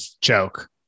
joke